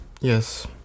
Yes